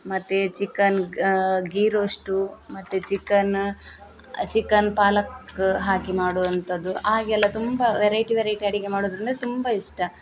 ಮತ್ತೆ chicken ghee roast ಮತ್ತೆ chicken chicken palak ಹಾಕಿ ಮಾಡುವಂಥದ್ದು ಆಗೆಲ್ಲ ತುಂಬ ವೆರೈಟಿ ವೆರೈಟಿ ಅಡುಗೆ ಮಾಡೋದೆಂದ್ರೆ ತುಂಬ ಇಷ್ಟ